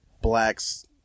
blacks